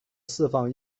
释放